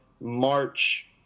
March